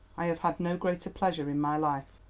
i have had no greater pleasure in my life.